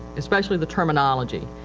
especially the terminology.